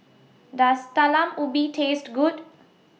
Does Talam Ubi Taste Good